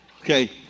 Okay